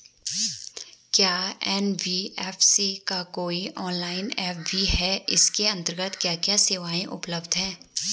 क्या एन.बी.एफ.सी का कोई ऑनलाइन ऐप भी है इसके अन्तर्गत क्या क्या सेवाएँ उपलब्ध हैं?